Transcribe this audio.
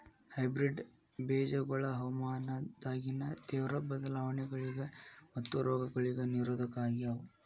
hybrid ಬೇಜಗೊಳ ಹವಾಮಾನದಾಗಿನ ತೇವ್ರ ಬದಲಾವಣೆಗಳಿಗ ಮತ್ತು ರೋಗಗಳಿಗ ನಿರೋಧಕ ಆಗ್ಯಾವ